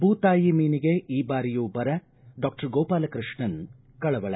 ಬೂತಾಯಿ ಮೀನಿಗೆ ಈ ಬಾರಿಯೂ ಬರ ಡಾಕ್ಟರ್ ಗೋಪಾಲಕ್ಪಷ್ಣನ್ ಕಳವಳ